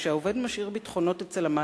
כשהעובד משאיר ביטחונות אצל המעסיק,